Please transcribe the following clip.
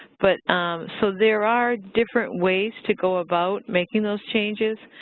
but so there are different ways to go about making those changes